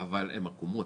אבל הן עקומות.